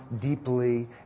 deeply